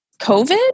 COVID